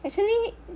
actually